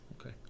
Okay